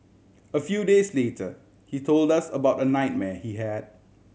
a few days later he told us about a nightmare he had